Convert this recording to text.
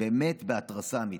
בהתרסה אמיתית.